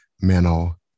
mental